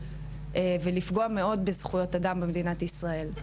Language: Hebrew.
ולפגוע מאוד בזכויות אדם במדינת ישראל.